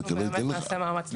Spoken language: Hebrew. אנחנו נעשה מאמץ.